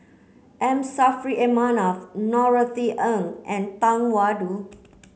M Saffri A Manaf Norothy Ng and Tang Da Wu